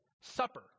Supper